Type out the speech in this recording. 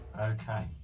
Okay